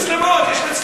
אבל יש מצלמות, יש מצלמות.